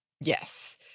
Yes